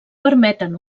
permeten